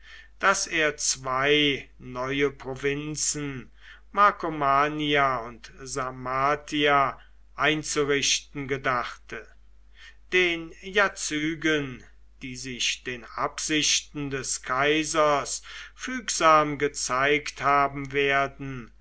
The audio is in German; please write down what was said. daß er zwei neue provinzen marcomania und sarmatia einzurichten gedachte den jazygen die sich den absichten des kaisers fügsam gezeigt haben werden